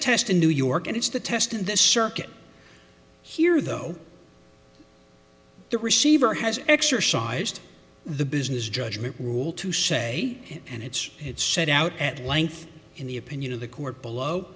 test in new york and it's the test in the circuit here though the receiver has exercised the business judgment rule to say and it's it's set out at length in the opinion of the court below